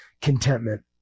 contentment